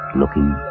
looking